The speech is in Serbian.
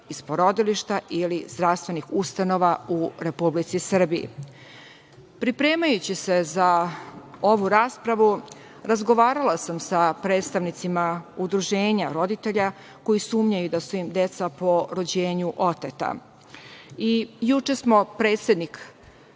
iz porodilišta ili zdravstvenih ustanova u Republici Srbiji. Pripremajući se za ovu raspravu, razgovarala sam sa predstavnicima udruženja roditelja koji sumnjaju da su im deca po rođenju oteta. I juče smo predsednik